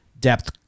depth